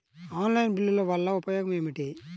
Online బిల్లుల వల్ల ఉపయోగమేమిటీ?